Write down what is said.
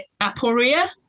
aporia